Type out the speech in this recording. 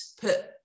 put